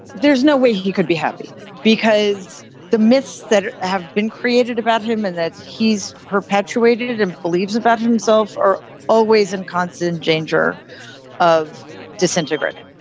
there's no way he could be happy because the myths that have been created about him and that he's perpetuated it and believes about himself are always in constant danger of disintegrating.